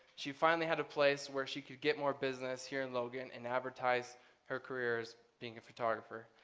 she finally had a place where she could get more business here in logan and advertise her careers being a photographer.